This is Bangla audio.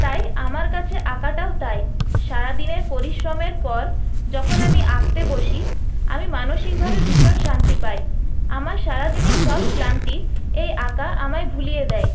তাই আমার কাছে আঁকাটাও তাই সারাদিনের পরিশ্রমের পর যখন আমি আঁকতে বসি আমি মানসিকভাবে ভীষণ শান্তি পাই আমার সারাদিনের সব ক্লান্তি এই আঁকা আমায় ভুলিয়ে দেয়